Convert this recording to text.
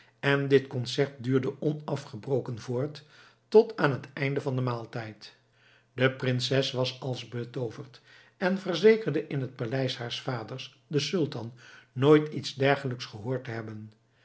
en dit concert duurde onafgebroken voort tot aan het einde van den maaltijd de prinses was als betooverd en verzekerde in het paleis haars vaders den sultan nooit iets dergelijks gehoord te hebben